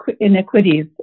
inequities